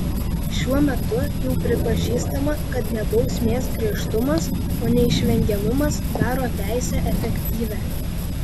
šiuo metu jau pripažįstama kad ne bausmės griežtumas o neišvengiamumas daro teisę efektyvią